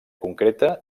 concreta